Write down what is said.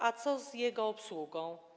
A co z jego obsługą?